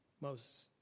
Moses